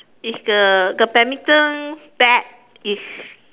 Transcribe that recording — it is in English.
it's the the badminton bat is